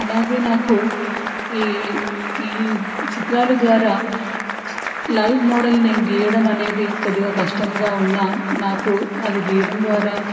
అలాగే నాకుఈ ఈ చిత్రాలు ద్వారా లైవ్ మోడల్ నేను గీయడం అనేది కొద్దిగా కష్టంగా ఉన్నా నాకు అది గీయడం ద్వారా